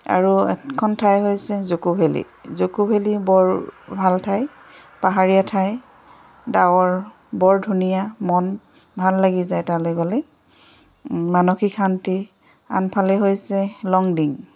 আৰু এখন ঠাই হৈছে জুক' ভেলী জুক' ভেলী বৰ ভাল ঠাই পাহাৰীয়া ঠাই ডাৱৰ বৰ ধুনীয়া মন ভাল লাগি যায় তালৈ গ'লে মানসিক শান্তি আনফালে হৈছে লংডিং